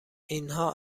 اینها